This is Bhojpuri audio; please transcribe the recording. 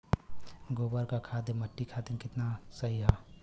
गोबर क खाद्य मट्टी खातिन कितना सही ह?